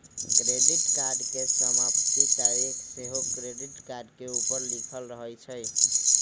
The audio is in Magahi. क्रेडिट कार्ड के समाप्ति तारिख सेहो क्रेडिट कार्ड के ऊपर लिखल रहइ छइ